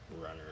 runner